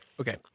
Okay